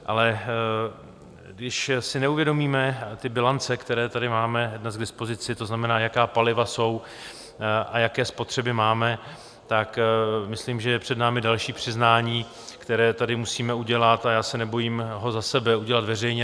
Ale když si neuvědomíme ty bilance, které tady máme k dispozici, to znamená, jaká paliva jsou a jaké spotřeby máme, tak si myslím, že je před námi další přiznání, které tady musíme udělat, a já se nebojím ho za sebe udělat veřejně.